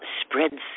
spreads